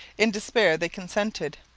in despair they consented.